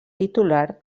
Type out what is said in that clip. titular